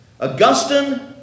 augustine